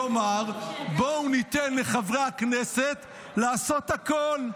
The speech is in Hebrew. כלומר, בואו ניתן לחברי הכנסת לעשות הכול.